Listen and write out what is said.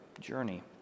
journey